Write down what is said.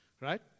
right